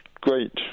great